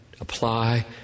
apply